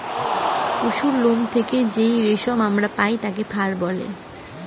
পশুর লোম হইতে যেই রেশম আমরা পাই তাকে ফার বলেটে